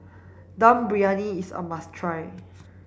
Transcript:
Dum Briyani is a must try